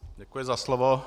Děkuji za slovo.